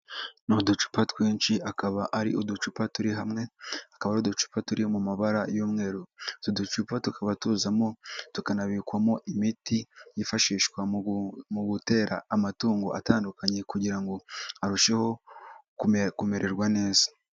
Ni uducupa twinshi akaba ari uducupa turi hamwe akaba ari uducupa turi mu mabara y'umweru, utu ducupa tukaba tuzamo tukanabikwamo imiti yifashishwa mu gutera amatungo atandukanye kugira ngo arusheho kumererwa neza.